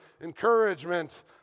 encouragement